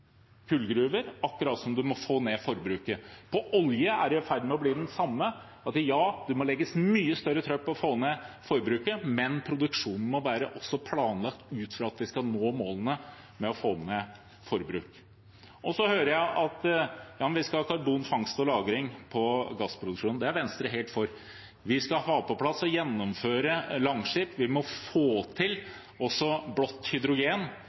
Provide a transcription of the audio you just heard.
kullgruver og å få ned forbruket. På olje er det i ferd med å bli det samme. Ja, det må legges mye større trøkk på å få ned forbruket, men produksjonen må også være planlagt ut fra at vi skal nå målene med å få ned forbruk. Så hører jeg: Ja, men vi skal ha karbonfangst og -lagring på gassproduksjonen. Det er Venstre helt for. Vi skal ha på plass og gjennomføre Langskip. Vi må også få til blått hydrogen,